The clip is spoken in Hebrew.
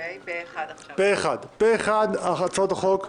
פה אחד הצעות החוק מוזגו.